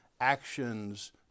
actions